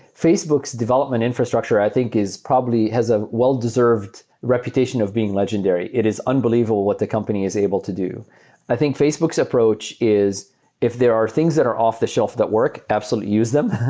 facebook's development infrastructure i think is probably has a well-deserved reputation of being legendary. it is unbelievable what the company is able to do i think facebook's approach is if there are things that are off-the-shelf that work, absolutely use them.